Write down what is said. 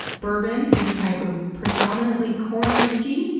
bourbon is a type of predominantly corn whisky,